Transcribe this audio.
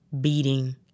beating